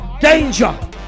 danger